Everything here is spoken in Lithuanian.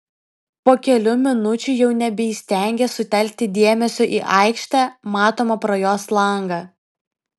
po kelių minučių jau nebeįstengė sutelkti dėmesio į aikštę matomą pro jos langą